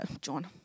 John